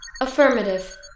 Affirmative